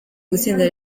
gutsinda